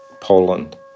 Poland